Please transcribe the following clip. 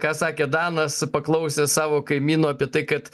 ką sakė danas paklausė savo kaimynų apie tai kad